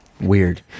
Weird